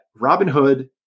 Robinhood